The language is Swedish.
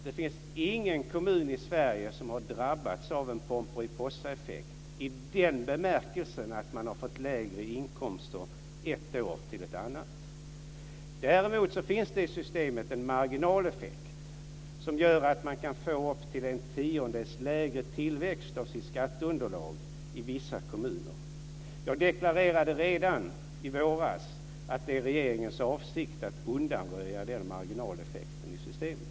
Det finns ingen kommun i Sverige som har drabbats av en Pomperipossaeffekt i den bemärkelsen att man har fått lägre inkomster från ett år till ett annat. Däremot finns det i systemet en marginaleffekt som gör att man kan få upp till en tiondels lägre tillväxt av sitt skatteunderlag i vissa kommuner. Jag deklarerade redan i våras att det är regeringens avsikt att undanröja den marginaleffekten i systemet.